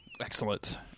Excellent